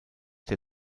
der